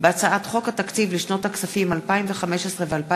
בהצעת חוק התקציב לשנות הכספים 2015 ו-2016,